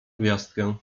gwiazdkę